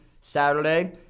Saturday